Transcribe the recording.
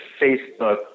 Facebook